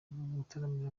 gutaramira